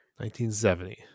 1970